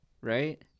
right